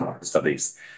Studies